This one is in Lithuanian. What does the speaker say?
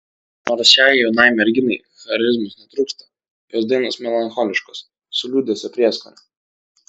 nors šiai jaunai merginai charizmos netrūksta jos dainos melancholiškos su liūdesio prieskoniu